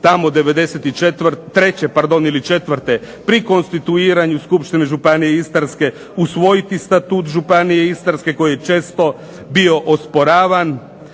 tamo '94., treće pardon ili četvrte pri konstituiranju Skupštine Županije istarske usvojiti Statut Županije istarske koji je često bio osporavan